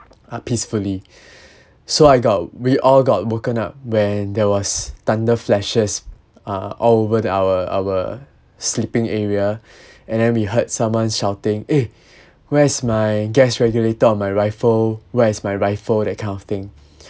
ah peacefully so I got we all got woken up when there was thunder flashes uh all over the our our sleeping area and then we heard someone shouting eh where's my gas regulator or my rifle where is my rifle that kind of thing